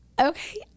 okay